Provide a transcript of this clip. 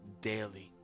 daily